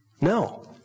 No